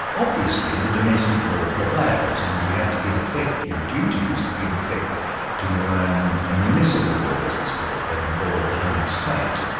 obviously the domestic law prevails, and you have to give effect, your duty is to give effect to your own ah municipal law, as it's called, the law of the home state.